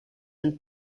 and